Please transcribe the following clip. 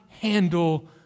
handle